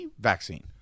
vaccine